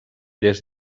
des